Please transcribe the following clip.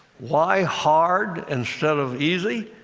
why hard instead of easy?